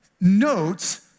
notes